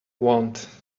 want